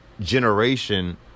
generation